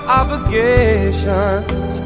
obligations